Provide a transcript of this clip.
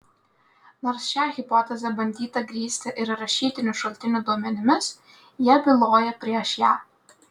nors šią hipotezę bandyta grįsti ir rašytinių šaltinių duomenimis jie byloja prieš ją